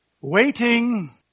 Waiting